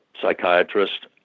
psychiatrist